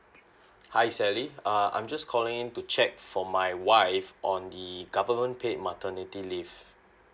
hi sally uh I'm just calling to check for my wife on the government paid maternity leave